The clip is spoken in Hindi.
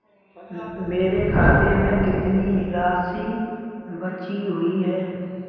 मेरे खाते में कितनी राशि बची हुई है?